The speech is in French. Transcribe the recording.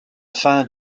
fin